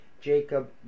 Jacob